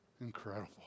Incredible